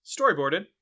storyboarded